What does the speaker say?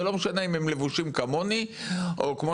ולא משנה אם הם לבושים כמוני או כמו